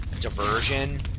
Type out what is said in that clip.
diversion